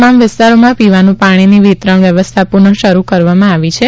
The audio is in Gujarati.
તમામ વિસ્તારોમાં પીવાનું પાણીની વિતરણ વ્યવસ્થા પૂઃન શરૂ કરવામાં આવી છે